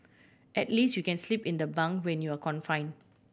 at least you can sleep in the bunk when you're confine